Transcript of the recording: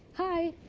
hi.